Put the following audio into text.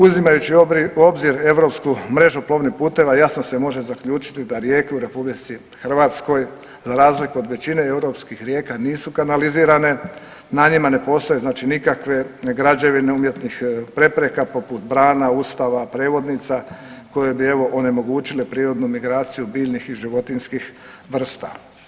Uzimajući u obzir europsku mrežu plovnih puteva jasno se može zaključiti da rijeke u RH za razliku od većine europskih rijeka nisu kanalizirane, na njima ne postoje znači nikakve građevine umjetnih prepreka poput brana, ustava, prevodnica, koje bi evo onemogućile prirodnu migraciju biljnih i životinjskih vrsta.